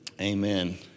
Amen